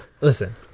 Listen